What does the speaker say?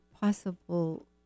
possible